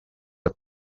are